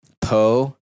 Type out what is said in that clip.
Po